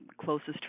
closest